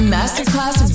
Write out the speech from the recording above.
Masterclass